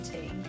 tea